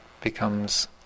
becomes